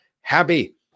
happy